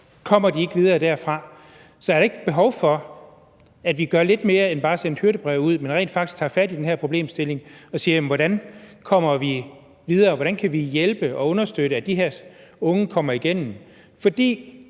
kommer de ikke videre derfra. Så er der ikke behov for, at vi gør lidt mere end bare at sende hyrdebreve ud, men rent faktisk tager fat i den her problemstilling og ser på, hvordan vi kommer videre, hvordan vi kan hjælpe og understøtte, at de her unge kommer igennem. Hvis